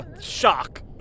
Shock